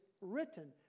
written